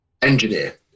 engineer